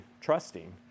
trusting